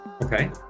Okay